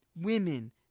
women